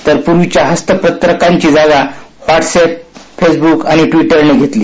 तर पूर्वीच्या हस्तपत्रकांची हँडवील जागा व्हाट्सएप फेसबुक आणि ट्वीटरन घेतली